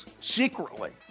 secretly